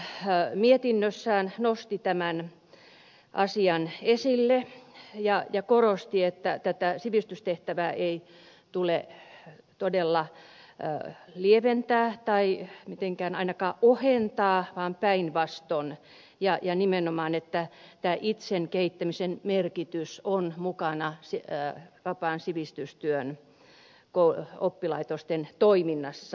valiokunta mietinnössään nosti tämän asian esille ja korosti että tätä sivistystehtävää ei tule todella lieventää tai mitenkään ainakaan ohentaa vaan päinvastoin ja nimenomaan että tämä itsen kehittämisen merkitys on mukana vapaan sivistystyön oppilaitosten toiminnassa